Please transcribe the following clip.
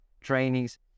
trainings